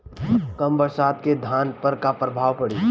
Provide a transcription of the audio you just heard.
कम बरसात के धान पर का प्रभाव पड़ी?